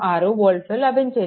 36 వోల్ట్లు లభించింది